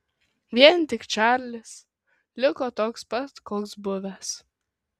vien tik čarlis liko toks pat koks buvęs